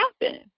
happen